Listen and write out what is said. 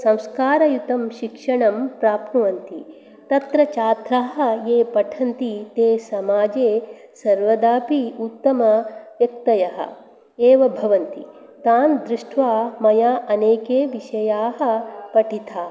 संस्कारयुतं शिक्षणं प्राप्नुवन्ति तत्र छात्रा ये पठन्ति ते समाजे सर्वदापि उत्तमा व्यक्तय एव भवन्ति तान् दृष्टवा मया अनेके विषया पठिता